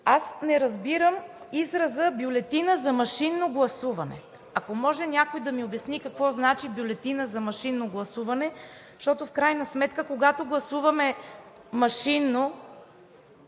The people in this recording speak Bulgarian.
Аз не разбирам израза „бюлетина за машинно гласуване“. Ако може някой да ми обясни какво значи „бюлетина за машинно гласуване“, защото в крайна сметка, когато гласуваме машинно,